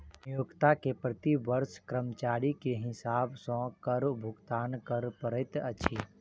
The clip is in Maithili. नियोक्ता के प्रति वर्ष कर्मचारी के हिसाब सॅ कर भुगतान कर पड़ैत अछि